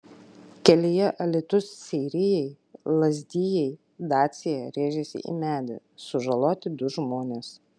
kelyje alytus seirijai lazdijai dacia rėžėsi į medį sužaloti du žmonės